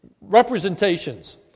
representations